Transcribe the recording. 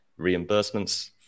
reimbursements